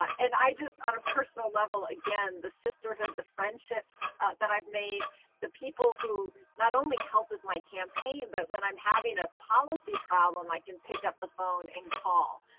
and i, just on a personal level again, the sisterhood, the friendships that i've made the people who not only helped with my campaign but when i'm having a policy problem, i can pick up the phone and call.